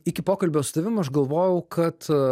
iki pokalbio su tavim aš galvojau kad